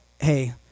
hey